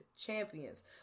champions